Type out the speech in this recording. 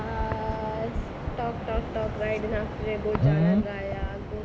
ah talk talk talk long enough then go jalangaya